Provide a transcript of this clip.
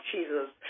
Jesus